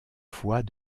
fois